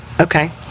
Okay